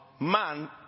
man